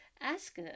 ask